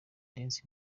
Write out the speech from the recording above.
dance